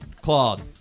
Claude